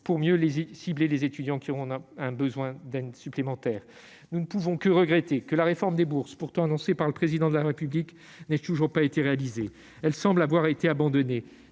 pour mieux cibler les étudiants qui ont besoin d'une aide supplémentaire. Nous ne pouvons que regretter que la réforme des bourses pourtant annoncée par le Président de la République n'ait toujours pas été réalisée. Elle semble avoir été abandonnée,